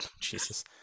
jesus